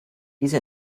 diese